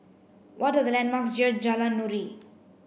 what the landmarks near Jalan Nuri